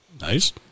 Nice